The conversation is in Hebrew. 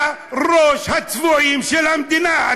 אתה ראש הצבועים של המדינה.